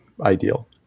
ideal